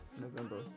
November